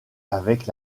avec